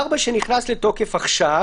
4 שנכנס לתוקף עכשיו